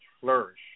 flourish